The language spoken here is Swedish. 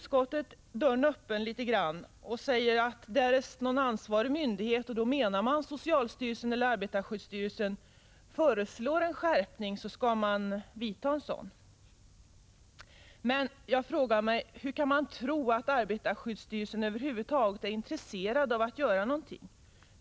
Utskottet lämnar dörren en aning öppen och säger att därest någon ansvarig myndighet — och då menar man socialstyrelsen eller arbetarskyddsstyrelsen — föreslår en skärpning skall en sådan företas. Men hur kan man tro att arbetarskyddsstyrelsen över huvud taget är intresserad av att göra någonting?